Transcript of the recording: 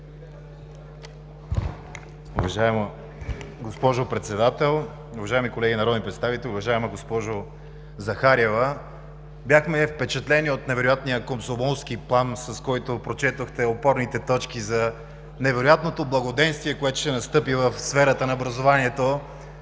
Уважаема госпожо Председател, уважаеми колеги народни представители! Уважаема госпожо Захариева, бяхме впечатлени от невероятния комсомолски плам, с който прочетохте опорните точки за невероятното благоденствие, което ще настъпи в сферата на образованието.